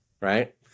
right